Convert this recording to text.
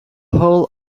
whole